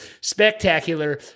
spectacular